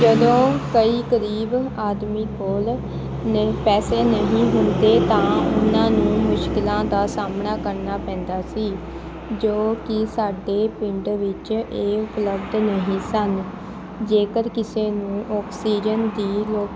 ਜਦੋਂ ਕੋਈ ਗਰੀਬ ਆਦਮੀ ਕੋਲ ਨਹ ਪੈਸੇ ਨਹੀਂ ਹੁੰਦੇ ਤਾਂ ਉਹਨਾਂ ਨੂੰ ਮੁਸ਼ਕਿਲਾਂ ਦਾ ਸਾਹਮਣਾ ਕਰਨਾ ਪੈਂਦਾ ਸੀ ਜੋ ਕਿ ਸਾਡੇ ਪਿੰਡ ਵਿੱਚ ਇਹ ਉਪਲਬਧ ਨਹੀਂ ਸਨ ਜੇਕਰ ਕਿਸੇ ਨੂੰ ਓਕਸਿਜਨ ਦੀ ਲੋ